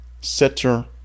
Setter